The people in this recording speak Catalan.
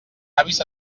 avis